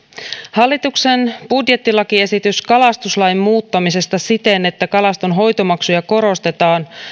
hallituksen budjettilakiesitys kalastuslain muuttamisesta siten että kalastonhoitomaksuja korotetaan